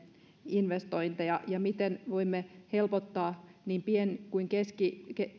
investointeja ja miten voimme helpottaa niin pieni kuin